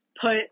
put